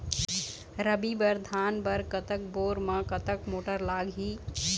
रबी बर धान बर कतक बोर म कतक मोटर लागिही?